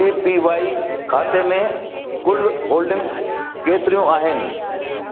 ए P Y खाते में कुल होल्डिंगस केतिरियूं आहिनि